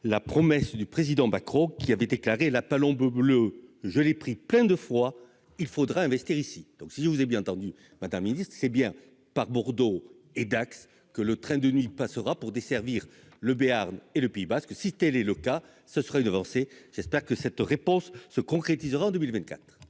la promesse du président Bacrot qui avait déclaré la palombe bleue, je l'ai pris plein de fois, il faudrait investir ici, donc si vous avez bien entendu matin Ministre c'est bien par Bordeaux et Dax, que le train de nuit passera pour desservir le Béarn et le Pays basque, cité les le cas, ce serait une avancée, j'espère que cette réponse se concrétisera en 2024.